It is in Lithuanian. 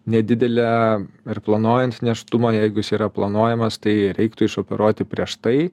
nedidelė ir planuojant nėštumą jeigu jis yra planuojamas tai reiktų išoperuoti prieš tai